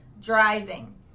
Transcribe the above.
driving